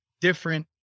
different